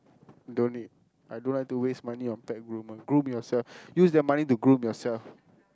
don't need I don't have to waste money on pet groomer groom yourself use the money to groom yourself